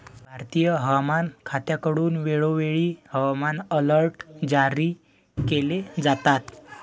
भारतीय हवामान खात्याकडून वेळोवेळी हवामान अलर्ट जारी केले जातात